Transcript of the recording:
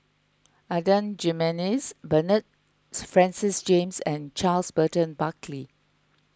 Adan Jimenez Bernard Francis James and Charles Burton Buckley